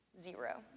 zero